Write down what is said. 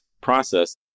process